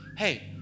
hey